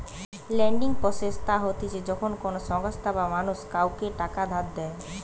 lending process তা হতিছে যখন কোনো সংস্থা বা মানুষ কাওকে টাকা ধার দেয়